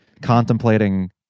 contemplating